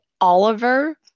Oliver